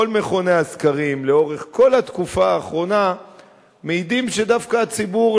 כל מכוני הסקרים לאורך כל התקופה האחרונה מעידים שדווקא הציבור,